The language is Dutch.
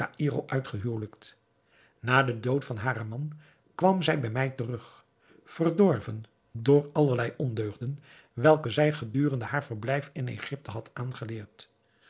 caïro uitgehuwelijkt na den dood van haren man kwam zij bij mij terug verdorven door allerlei ondeugden welke zij gedurende haar verblijf in egypte had aangeleerd